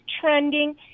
trending